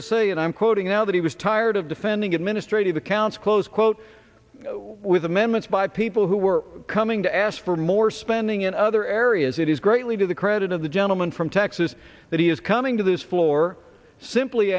to say and i'm quoting now that he was tired of defending administrative accounts close quote with amendments by people who were coming to ask for more spending in other areas it is greatly to the credit of the gentleman from texas that he is coming to this floor simply